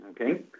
Okay